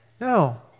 No